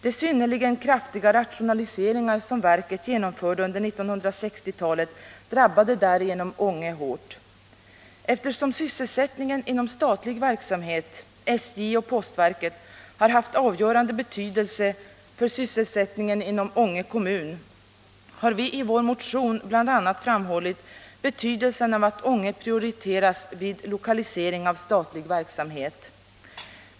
De synnerligen kraftiga rationaliseringar som verket genomförde under 1960-talet drabbade därigenom Ånge hårt. Eftersom sysselsättningen inom statlig verksamhet, SJ och postverket, har haft avgörande betydelse för sysselsättningen inom Ånge kommun har vi i vår motion bl.a. framhållit betydelsen av att Ånge prioriteras vid lokalisering av statlig verksamhet.